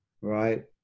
right